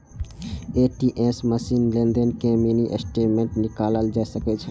ATM machine सं लेनदेन के मिनी स्टेटमेंट निकालल जा सकै छै